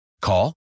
Call